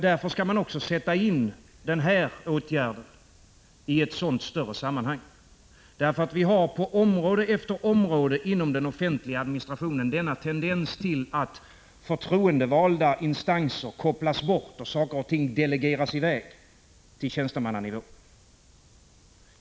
Därför skall man också sätta in denna åtgärd i ett sådant större sammanhang. Det förekommer på område efter område inom den offentliga administrationen en tendens att förtroendevalda instanser kopplas bort och att befogenheter delegeras ned till tjänstemannanivå.